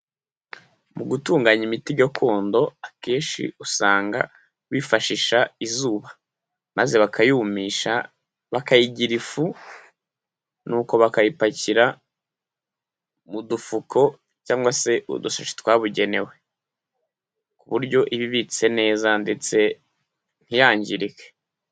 Mu gutunganya imiti gakondo, akenshi usanga bifashisha izuba, maze bakayumisha bakayigira ifu, n'uko bakayipakira mu dufuko cyangwa se udushashi twabugenewe, ku buryo iba ibitse neza ndetse ntiyangirike.